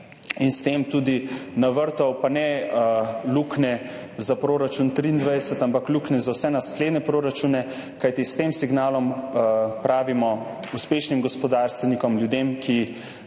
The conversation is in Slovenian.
in s tem tudi navrtal luknje, pa ne za proračun 2023, ampak luknje za vse naslednje proračune. Kajti s tem signalom pravimo uspešnim gospodarstvenikom, ljudem, ki